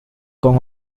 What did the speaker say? con